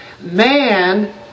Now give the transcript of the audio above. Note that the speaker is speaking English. Man